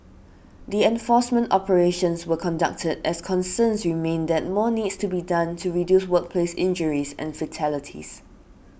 the enforcement operations were conducted as concerns remain that more needs to be done to reduce workplace injuries and fatalities